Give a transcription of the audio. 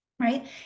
right